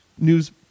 news